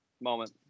moment